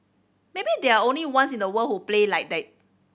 maybe they're only ones in the world who play like that